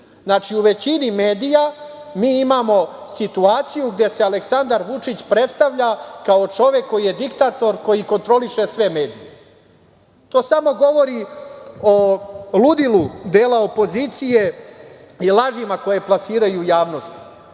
Znači, u većini medija mi imamo situaciju gde se Aleksandar Vučić predstavlja kao čovek koji je diktator, koji kontroliše sve medije. To samo govori o ludilu dela opozicije i lažima koje plasiraju u javnosti. Imaju